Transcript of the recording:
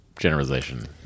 generalization